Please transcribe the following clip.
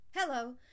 Hello